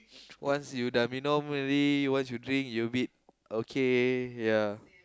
once you dah minum once you dream you will be okay ya